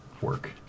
work